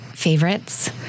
favorites